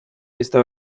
esta